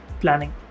planning